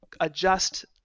adjust